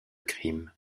crimes